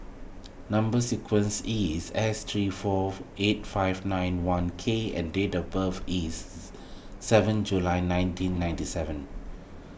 Number Sequence is S three four eight five nine one K and date of birth is seven July nineteen ninety seven